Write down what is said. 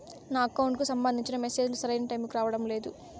నా అకౌంట్ కు సంబంధించిన మెసేజ్ లు సరైన టైము కి రావడం లేదు